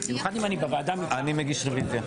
אני רוצה להגיד משהו.